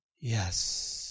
yes